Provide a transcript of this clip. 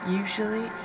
usually